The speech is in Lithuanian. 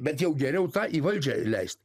bet jau geriau tą į valdžią leist